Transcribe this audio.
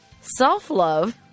self-love